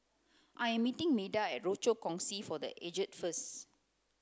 I am meeting Meda at Rochor Kongsi for the Aged first